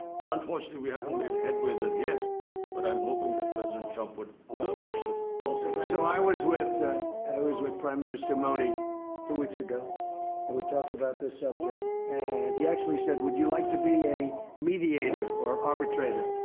but unfortunately, we haven't made headway as yet but i'm hoping that president trump would push this process so i was with i was with prime minister modhi two weeks ago and we talked about this subject and he actually said would you like to be a mediator or arbitrator?